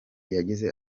yagize